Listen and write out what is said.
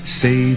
say